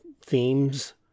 themes